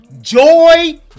Joy